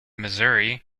missouri